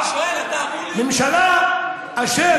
ממשלה אשר